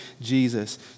Jesus